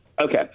Okay